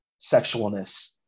sexualness